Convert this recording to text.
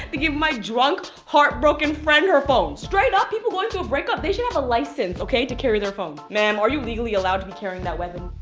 but give my drunk, heart-broken friend her phone. straight up. people going through a breakup, they should have a license, okay, to carry their phone. ma'am, are you legally allowed to be carrying that weapon?